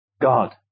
God